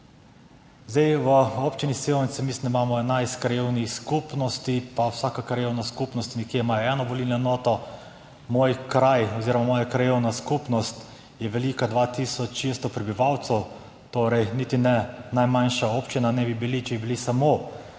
V Občini Sevnica mislim, da imamo 11 krajevnih skupnosti, pa vsaka krajevna skupnost ima nekje eno volilno enoto. Moj kraj oziroma moja krajevna skupnost je velika 2 tisoč 600 prebivalcev, torej niti ne najmanjša občina bi bili, če bi bili samo naša